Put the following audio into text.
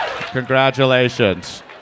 Congratulations